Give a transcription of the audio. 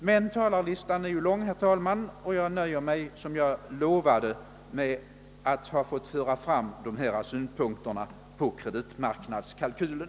Men talarlistan är lång, herr talman, och jag nöjer mig, som jag lovade, med att ha fört fram synpunkterna på kreditmarknadskalkylen.